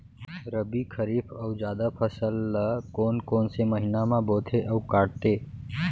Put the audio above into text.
रबि, खरीफ अऊ जादा फसल ल कोन कोन से महीना म बोथे अऊ काटते?